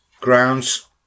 grounds